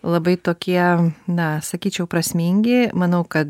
labai tokie na sakyčiau prasmingi manau kad